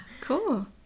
cool